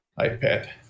iPad